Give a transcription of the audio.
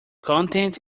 content